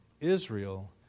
Israel